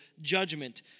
judgment